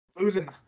Losing